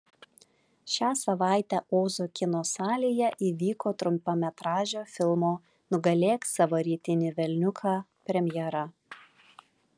šią savaitę ozo kino salėje įvyko trumpametražio filmo nugalėk savo rytinį velniuką premjera